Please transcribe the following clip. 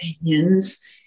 opinions